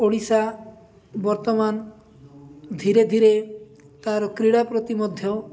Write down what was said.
ଓଡ଼ିଶା ବର୍ତ୍ତମାନ ଧୀରେ ଧୀରେ ତା'ର କ୍ରୀଡ଼ା ପ୍ରତି ମଧ୍ୟ